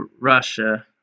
Russia